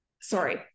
Sorry